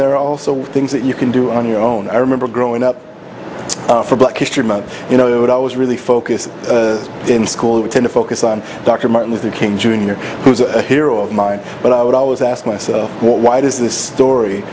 are also things that you can do on your own i remember growing up for black history month you know what i was really focused in school tend to focus on dr martin luther king jr who's a hero of mine but i would always ask myself why does this story